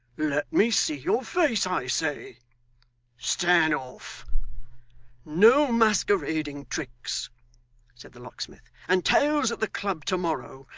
let me see your face, i say stand off no masquerading tricks said the locksmith, and tales at the club to-morrow,